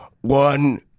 One